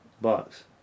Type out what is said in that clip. bucks